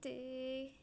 ਅਤੇ